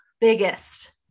biggest